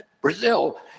Brazil